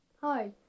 Hi